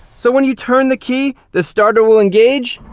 so when you turn the key, the starter will engage,